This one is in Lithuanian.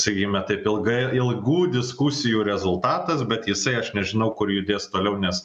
sakykime taip ilgai ilgų diskusijų rezultatas bet jisai aš nežinau kur judės toliau nes